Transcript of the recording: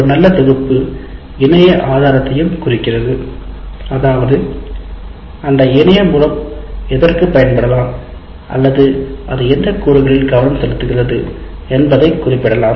ஒரு நல்ல தொகுப்பு இணைய ஆதாரத்தையும் குறிக்கிறது அதாவது அந்த இணைய மூலம் எதற்கு பயன்படலாம் அல்லது அது எந்த கூறுகளில் கவனம் செலுத்துகிறது என்பதை குறிப்பிடலாம்